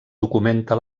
documenta